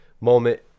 moment